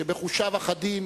שבחושיו החדים